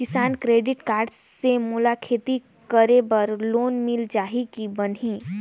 किसान credit card से मोला खेती करे बर लोन मिल जाहि की बनही??